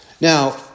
Now